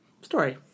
story